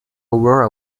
aurora